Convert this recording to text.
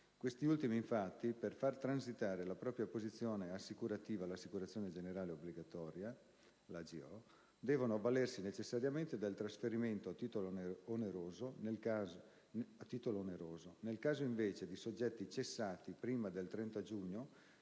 Questi ultimi, infatti, per far transitare la propria posizione assicurativa nell'Assicurazione generale obbligatoria devono avvalersi necessariamente del trasferimento a titolo oneroso; nel caso, invece, di soggetti cessati prima del 30 giugno,